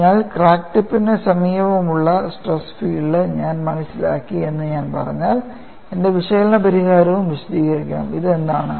അതിനാൽ ക്രാക്ക് ടിപ്പിന് സമീപമുള്ള സ്ട്രെസ് ഫീൽഡ് ഞാൻ മനസ്സിലാക്കി എന്ന് ഞാൻ പറഞ്ഞാൽ എന്റെ വിശകലന പരിഹാരവും വിശദീകരിക്കണം ഇത് എന്താണ്